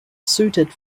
suited